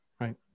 Right